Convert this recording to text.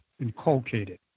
inculcated